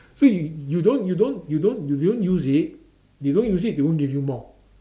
so you you don't you don't you don't you don't use it you don't use it they won't give you more